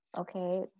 okay